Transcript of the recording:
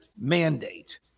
mandate